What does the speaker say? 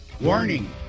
warning